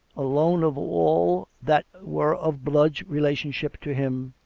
alone of all that were of blood-relationship to him,